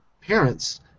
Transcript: parents